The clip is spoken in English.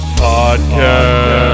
podcast